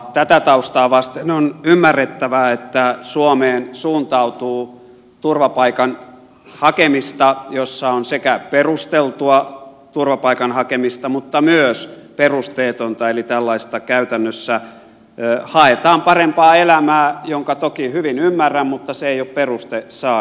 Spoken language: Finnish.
tätä taustaa vasten on ymmärrettävää että suomeen suuntautuu turvapaikan hakemista jossa on sekä perusteltua turvapaikan hakemista että myös perusteetonta eli käytännössä haetaan parempaa elämää minkä toki hyvin ymmärrän mutta se ei ole peruste saada turvapaikka